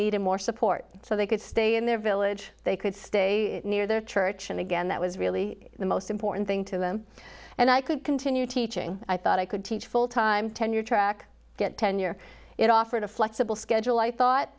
needed more support so they could stay in their village they could stay near their church and again that was really the most important thing to them and i could continue teaching i thought i could teach full time tenure track get tenure it offered a flexible schedule i thought